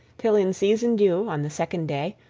till in season due, on the second day,